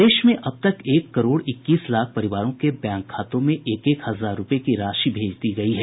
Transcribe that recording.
प्रदेश में अब तक एक करोड़ इक्कीस लाख परिवारों के बैंक खातों में एक एक हजार रूपये की राशि भेज दी गयी है